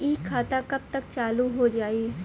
इ खाता कब तक चालू हो जाई?